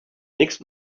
next